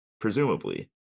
presumably